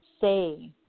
say